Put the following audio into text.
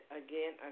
again